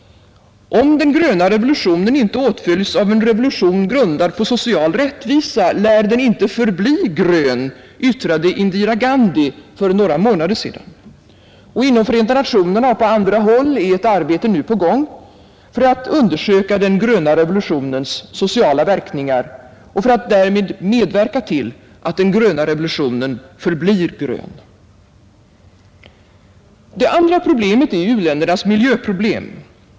”Om den gröna revolutionen inte åtföljs av en revolution grundad på social rättvisa, lär den inte förbli grön”, yttrade Indira Gandhi för några månader sedan. Och inom FN och på andra håll är ett arbete nu på gång med att undersöka den gröna revolutionens sociala verkningar och för att därmed medverka till att den gröna revolutionen förblir grön. Det andra problemet är u-ländernas miljöproblem.